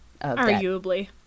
Arguably